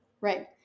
Right